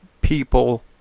people